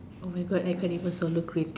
oh my God I can't even solo cream